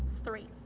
three.